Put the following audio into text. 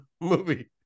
movie